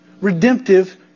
redemptive